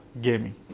gaming